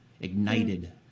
ignited